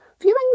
Viewing